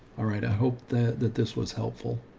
all right. i hope that that this was helpful.